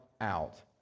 out